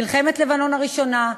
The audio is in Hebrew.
מלחמת לבנון הראשונה,